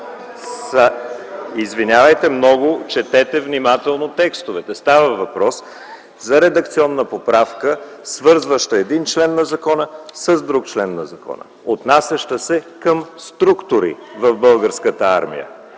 Извинявайте много, четете внимателно текстовете! Става въпрос за редакционна поправка, свързваща един член на закона с друг член на закона, отнасяща се към структури в Българската армия.